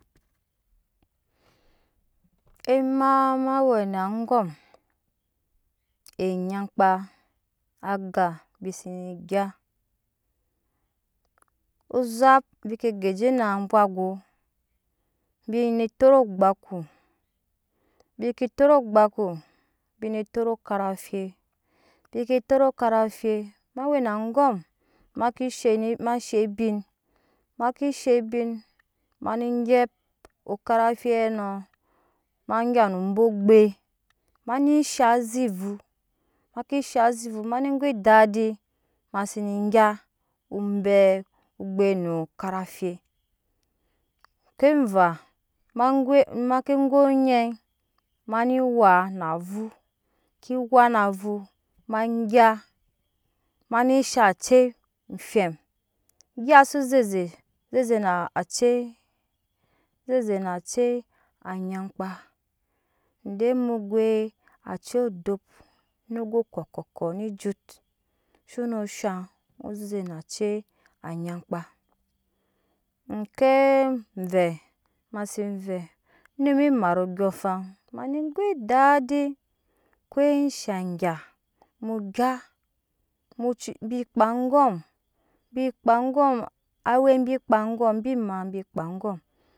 Ema ma we na angom enyankpuu aga bi zene gyaa ozap bike geji na amuwago bine tot ogbaku bik geji na amuwago bine tot ogbaku bike tot ogbaku bi tot okaranfu bike tot okaranfui ma we na angom make shene ma she ebin ma ke she ebin ma ne gyɛp okranfuɛ nɔ ma gya no obogbe mani shaŋ azivu make ne go edaadi mase ne gyaa obai ogbe no karafui ke vaa ma goi meke goi onyɛi ma ne waa na avu ma ke wa na avu ma na avu ma ke waa na avu ma gya ma ne sha acei fum egya su zeze naa acei oozeze na acei nyampa ede mu goi acei adop no go kɔkɔkɔ ne ejut shone shaŋ ozeze na acei a nyankpa oke vɛ ma se vɛɛ numme mat andyɔɔŋafan ma ne go edaadi ke sha gya mu gyaa muc bi kpaa angom bi kpaa angom awɛ bi kpaa angom bi maa bi kpaa angom